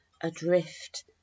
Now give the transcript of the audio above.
adrift